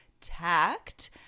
tact